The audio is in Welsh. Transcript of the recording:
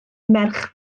merch